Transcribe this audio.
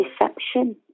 deception